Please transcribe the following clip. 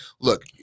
look